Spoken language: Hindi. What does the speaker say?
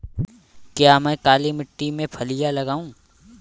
क्या मैं काली मिट्टी में फलियां लगाऊँ?